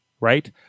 right